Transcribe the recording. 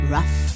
Rough